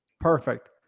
Perfect